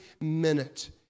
minute